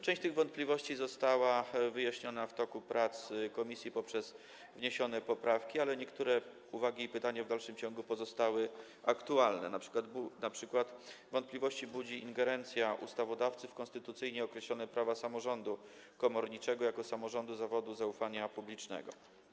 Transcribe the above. Część tych wątpliwości została wyjaśniona w toku prac komisji, gdyż zostały wniesione poprawki, ale niektóre uwagi i pytania w dalszym ciągu pozostały aktualne, np. wątpliwości budzi ingerencja ustawodawcy w konstytucyjnie określone prawa samorządu komorniczego jako samorządu zawodu zaufania publicznego.